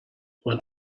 want